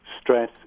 stress